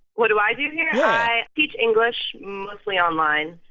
what do i do here? yeah i teach english, mostly online.